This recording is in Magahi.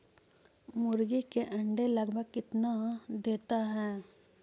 मुर्गी के अंडे लगभग कितना देता है?